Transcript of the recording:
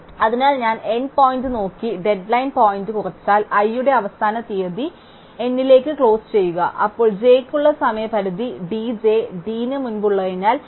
അതിനാൽ ഞാൻ n point നോക്കി ഡെഡ്ലൈൻ പോയിന്റ് കുറച്ചാൽ i യുടെ അവസാന തീയതി n യിലേക്ക് ക്ലോസ് ചെയ്യുക അപ്പോൾ j യ്ക്കുള്ള സമയപരിധി dj d ന് മുമ്പുള്ളതിനാൽ d 1